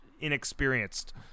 inexperienced